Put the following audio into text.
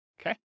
Okay